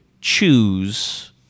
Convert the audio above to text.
choose